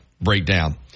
breakdown